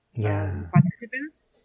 participants